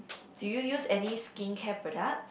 do you use any skincare product